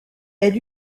elle